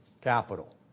capital